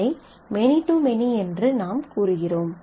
இதை many to many என்று நாம் கூறுகிறோம்